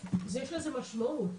יש לזה משמעות,